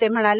ते म्हणाले